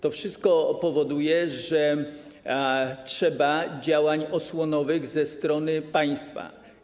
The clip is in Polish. To wszystko powoduje, że trzeba działań osłonowych ze strony państwa.